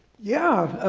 yeah.